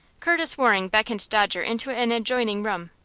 curtis waring beckoned dodger into an adjoining room.